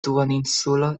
duoninsulo